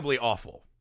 awful